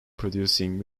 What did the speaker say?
producing